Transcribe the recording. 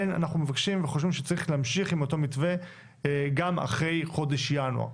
אנחנו מבקשים וחושבים שצריך להמשיך עם אותו מתווה גם אחרי חודש ינואר.